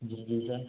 जी जी सर